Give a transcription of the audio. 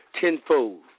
tenfold